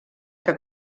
que